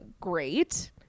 great